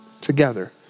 together